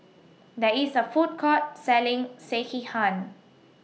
There IS A Food Court Selling Sekihan